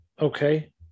Okay